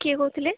କିଏ କହୁଥିଲେ